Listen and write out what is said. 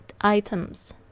items